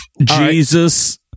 Jesus